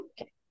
okay